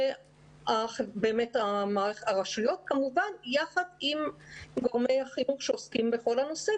זה באמת הרשויות כמובן יחד עם גורמי החינוך שעוסקים בכל הנושא,